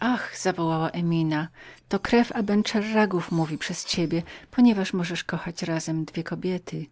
ach zawołała emina otóż to krew abenseragów mówi przez ciebie ponieważ możesz kochać razem dwie kobiety